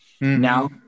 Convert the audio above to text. now